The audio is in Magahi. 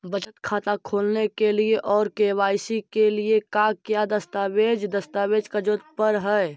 बचत खाता खोलने के लिए और के.वाई.सी के लिए का क्या दस्तावेज़ दस्तावेज़ का जरूरत पड़ हैं?